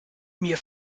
mir